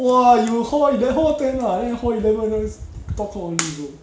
!wah! you hall you at hall ten ah then hall eleven there talk cock only bro